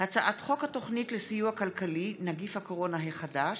הצעת חוק התוכנית לסיוע כלכלי (נגיף הקורונה החדש,